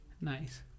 Nice